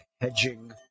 hedging